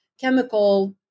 chemical